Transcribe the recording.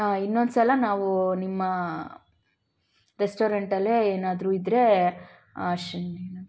ಇನ್ನೊಂದು ಸಲ ನಾವು ನಿಮ್ಮ ರೆಸ್ಟೋರೆಂಟಲ್ಲೇ ಏನಾದ್ರೂ ಇದ್ದರೆ